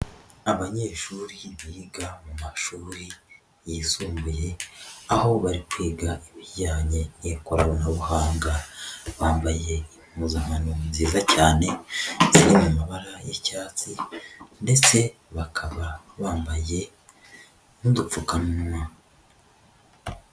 Abanyeshuri biga mu mashuri yisumbuye, aho bari kwiga ibijyanye n'ikoranabuhanga, bambaye impuzankano nziza cyane ziri mu mabara y'icyatsi ndetse bakaba bambaye n'udupfukamunwa.